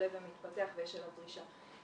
שעולה ומתפתח ויש לו עוד דרישה.